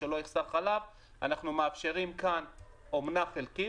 שלא יחסר חלב אנחנו מאפשרים כאן אומנה חלקית,